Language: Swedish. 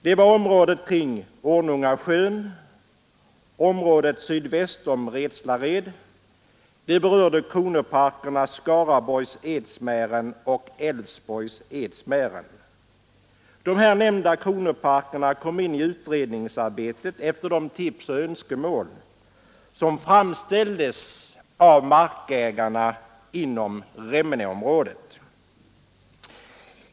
De gällde området kring Ornungasjön och området sydväst om Redslared, de berörde kronoparkerna Skaraborgs Edsmären och Älvsborgs Edsmären. De här nämnda kronoparkerna kom in i utredningsarbetet efter tips och önskemål som framställdes från markägarna inom Remmeneområdet.